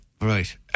Right